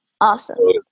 Awesome